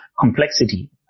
complexity